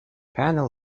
panel